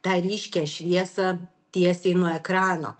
tą ryškią šviesą tiesiai nuo ekrano